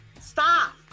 Stop